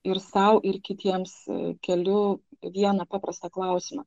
ir sau ir kitiems keliu vieną paprastą klausimą